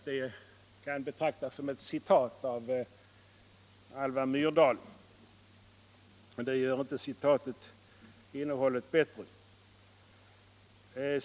Det kan betraktas som ett citat från Alva Myrdal, och det gör inte innehållet bättre.